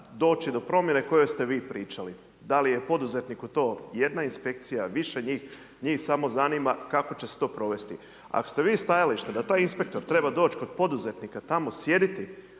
doći do promjene o kojoj ste vi pričali, da li je poduzetniku jedna inspekcija, više njih, njih samo zanima kako će se to provesti. Ako ste vi stajališta da taj inspektor treba doći do poduzetnika, tamo sjediti